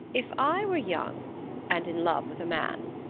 if i were young and in love with a man,